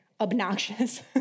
Obnoxious